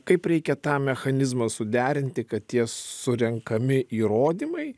kaip reikia tą mechanizmą suderinti kad tie surenkami įrodymai